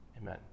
Amen